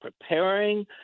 preparing